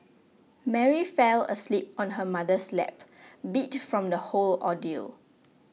Mary fell asleep on her mother's lap beat from the whole ordeal